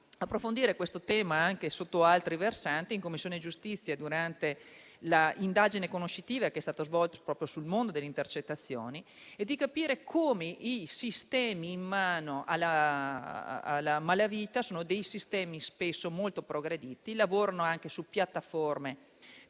approfondire questo tema sotto altri versanti in Commissione giustizia, in sede di indagine conoscitiva proprio sul mondo delle intercettazioni, e di capire come i sistemi in mano alla malavita sono spesso molto progrediti; lavorano anche su piattaforme